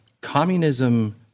communism